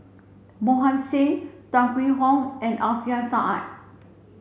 Mohan Singh Tan Hwee Hock and Alfian Sa'at